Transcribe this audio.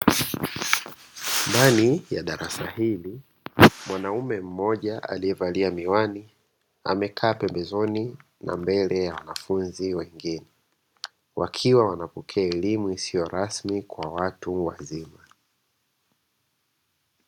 Ndani ya darasa hili mwanaume mmoja aliyevalia miwani, amekaa pembezoni na mbele ya wanafunzi wengine. Wakiwa wanapokea elimu isiyo rasmi kwa watu wazima.